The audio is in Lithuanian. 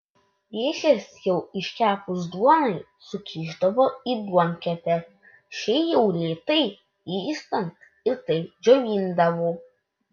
dėžes jau iškepus duonai sukišdavo į duonkepę šiai jau lėtai vėstant ir taip džiovindavo